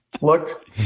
look